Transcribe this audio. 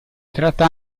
tratta